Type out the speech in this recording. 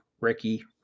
Ricky